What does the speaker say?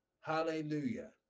hallelujah